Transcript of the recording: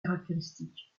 caractéristiques